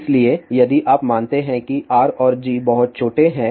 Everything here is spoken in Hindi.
इसलिए यदि आप मानते हैं कि R और G बहुत छोटे हैं